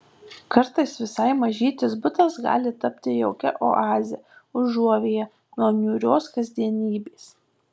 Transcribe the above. kartais visai mažytis butas gali tapti jaukia oaze užuovėja nuo niūrios kasdienybės